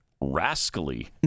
rascally